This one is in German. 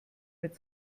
mit